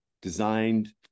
designed